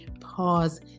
pause